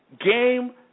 Game